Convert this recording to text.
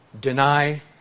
deny